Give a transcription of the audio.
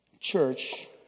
church